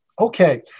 Okay